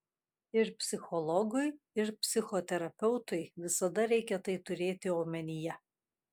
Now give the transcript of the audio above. ir psichologui ir psichoterapeutui visada reikia tai turėti omenyje